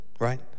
right